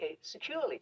securely